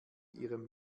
ihrem